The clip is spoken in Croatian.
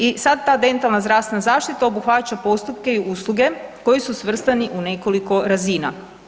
I sad ta dentalna zdravstvena zaštita obuhvaća postupke i usluge koji su svrstani u nekoliko razina.